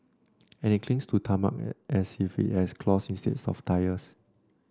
and it clings to tarmac as if it has claws instead of tyres